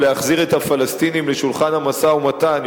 או להחזיר את הפלסטינים לשולחן המשא-ומתן,